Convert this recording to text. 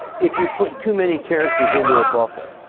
if you put too many characters into a buffer